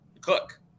cook